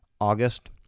August